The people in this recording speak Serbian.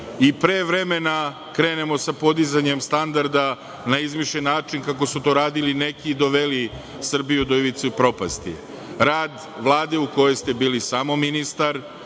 i pre vremena krenemo sa podizanjem standarda na izmišljen način, kao su to radili neki i doveli Srbiju do ivice propasti. Rad Vlade u kojoj ste bili samo ministar